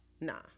nah